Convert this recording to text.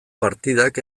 partidak